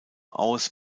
aus